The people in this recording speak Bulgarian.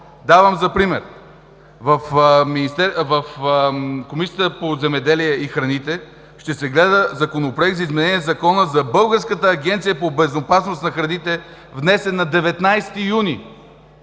Давам за пример: в Комисията по земеделието и храните ще се гледа Законопроект за изменение на Закона за българската агенция по безопасност на храните, внесен на 19 юни